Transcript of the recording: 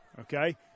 Okay